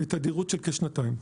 בתדירות של כשנתיים.